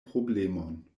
problemon